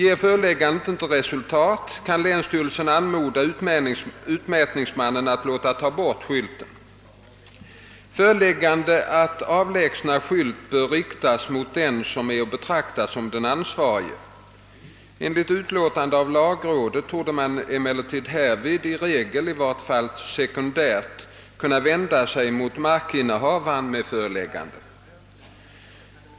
Ger föreläggandet inte resultat, kan länsstyrelsen anmoda utmätningsmannen att låta ta bort skylten. Föreläggande att avlägsna skylt bör riktas mot den som är att betrakta som den ansvarige. Enligt utlåtande av lagrådet torde man emellertid därvid i regel i vart fall sekundärt kunna vända sig mot markinnehavaren med föreläggande.